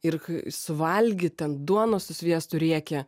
ir suvalgyt ten duonos su sviestu riekę